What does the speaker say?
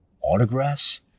autographs